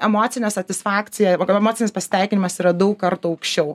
emocinė satisfakcija emocinis pasitenkinimas yra daug kartų aukščiau